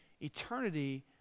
eternity